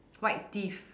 white teeth